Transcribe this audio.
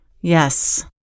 Yes